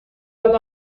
dann